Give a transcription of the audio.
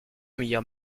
meilleur